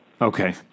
Okay